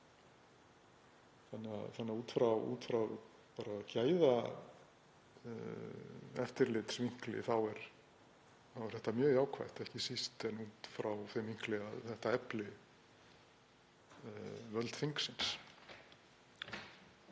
Þannig að bara út frá gæðaeftirlitsvinkli þá er þetta mjög jákvætt, ekki síst út frá þeim vinkli að þetta efli völd þingsins.